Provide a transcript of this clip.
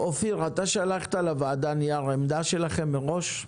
אופיר, אתה שלחת לוועדה נייר עמדה שלכם מראש?